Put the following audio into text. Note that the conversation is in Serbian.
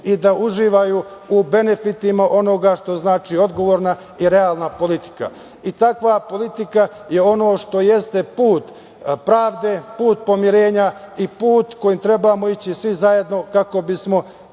i da uživaju u benefitima onoga što znači odgovorna i realna politika. Takva politika je ono što jeste put pravde, put pomirenja i put kojim trebamo ići svi zajedno kako bismo još